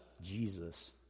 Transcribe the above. Jesus